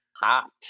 Hot